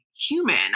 human